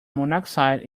monoxide